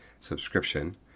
subscription